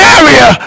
area